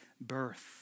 birth